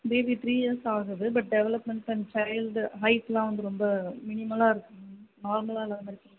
baby three years ஆகுது but development and child ஹைட்டெலாம் வந்து ரொம்ப மினிமலாக இருக்குது மேம் நார்மலாக எல்லாேர் மாதிரி